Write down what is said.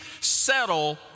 settle